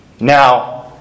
Now